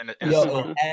Yo